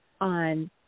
on